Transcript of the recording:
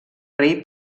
rei